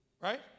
Right